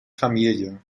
familie